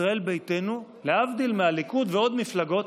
ישראל ביתנו, להבדיל מהליכוד ועוד מפלגות,